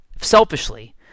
selfishly